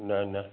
न न